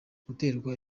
guterwa